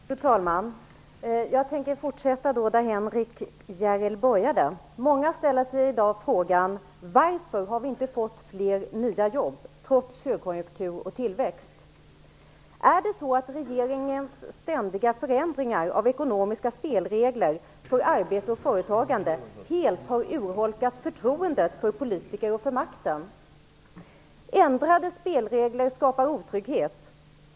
Fru talman! Jag tänker fortsätta med det som Henrik S Järrel började med. Många ställer sig i dag frågan varför vi inte har fått fler nya jobb trots högkonjunktur och tillväxt. Är det så att regeringens ständiga förändringar av ekonomiska spelregler för arbete och företagande helt har urholkat förtroendet för politiker och för makten? Ändrade spelregler skapar otrygghet.